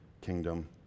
kingdom